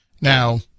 Now